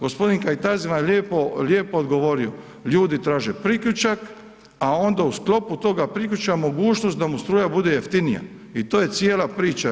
Gospodin Kajtazi vam je lijepo, lijepo odgovorio, ljudi traže priključak, a onda uz sklopu toga priključka mogućnost da mu struja bude jeftinija i to je cijela priča.